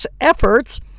efforts